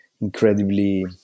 incredibly